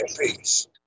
Peace